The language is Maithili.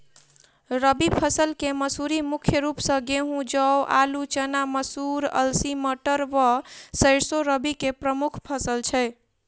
रबी फसल केँ मसूरी मुख्य रूप सँ गेंहूँ, जौ, आलु,, चना, मसूर, अलसी, मटर व सैरसो रबी की प्रमुख फसल छै